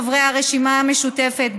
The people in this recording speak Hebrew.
חברי הרשימה המשותפת,